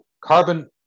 carbon